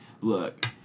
Look